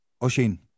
Oshin